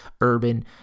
urban